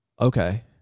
Okay